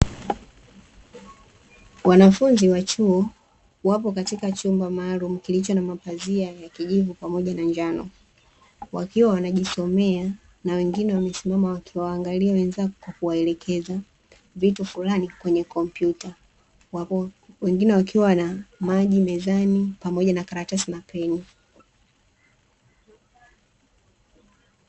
Wanafunzi wa chuo wapo katika chumba maalumu kilicho na mapazia ya kijivu pamoja na njano, wakiwa wanajisomea na wengine wamesimama wakiwaangalia wenzako kwa kuwaelekeza vitu fulani kwenye kompyuta, wapo wengine wakiwa na maji mezani pamoja na karatasi na peni.